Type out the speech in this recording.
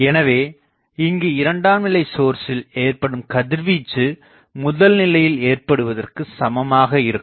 எனவே இங்கு இரண்டாம் நிலைசோர்ஸ்ஸில் ஏற்படும் கதிர்வீச்சு முதல் நிலையில் ஏற்படுவதற்குச் சமமாக இருக்கும்